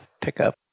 pickup